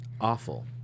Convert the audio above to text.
awful